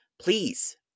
Please